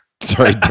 Sorry